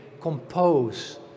compose